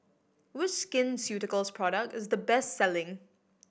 which Skin Ceuticals product is the best selling